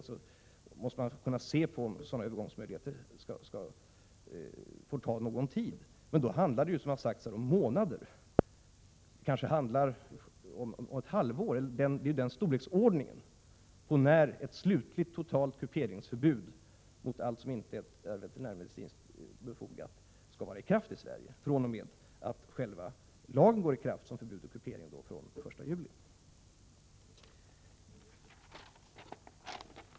Man måste då kunna se om sådana övergångsmöjligheter kan få ta någon tid, men då handlar det ju — som det har sagts här — om månader eller något halvår; det är den storleksordningen. Ett slutligt totalt förbud mot all kupering som inte är veterinärmedicinskt befogad skall vara i kraft i Sverige fr.o.m. att själva lagen om förbud mot kupering går i kraft, dvs. den 1 juli.